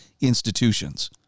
institutions